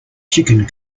chicken